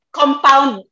compound